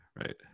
right